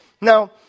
Now